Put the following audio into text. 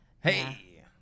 Hey